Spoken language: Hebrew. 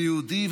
אני יהודי,